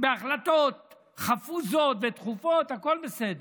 בהחלטות חפוזות ודחופות והכול בסדר,